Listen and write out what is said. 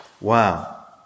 Wow